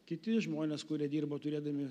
kiti žmonės kurie dirbo turėdami